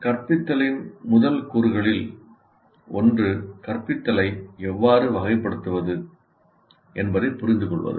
கற்பித்தலின் முதல் கூறுகளில் ஒன்று கற்பித்தலை எவ்வாறு வகைப்படுத்துவது என்பதைப் புரிந்துகொள்வது